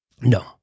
No